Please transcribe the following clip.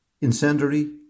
incendiary